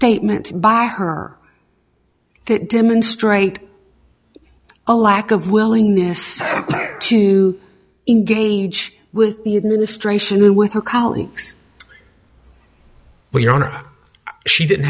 statements by her that demonstrate a lack of willingness to engage with the administration and with her colleagues we don't or she didn't